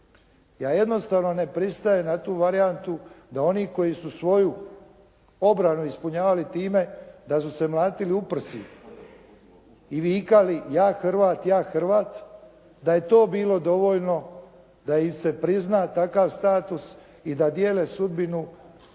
Ja jednostavno ne pristajem na tu varijantu da oni koji su svoju obranu ispunjavali time, da su se mlatili u prsa i vikali ja Hrvat, ja Hrvat, da je to bilo dovoljno da im se prizna takav status i da dijele sudbinu